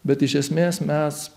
bet iš esmės mes